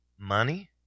money